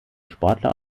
sportler